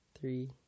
Three